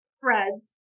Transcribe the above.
threads